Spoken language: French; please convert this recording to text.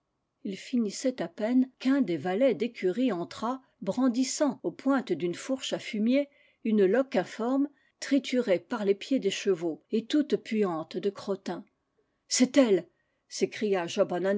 il finissait à peine qu'uni des valets d'écurie entra bran dissant aux pointes d'une fourche à fumier une loque informe triturée par les pieds des chevaux et toute puante de crottin c'est elle